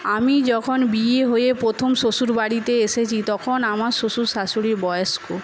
আমি যখন বিয়ে হয়ে প্রথম শ্বশুর বাড়িতে এসেছি তখন আমার শ্বশুর শাশুড়ির বয়স্ক